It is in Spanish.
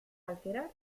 alterar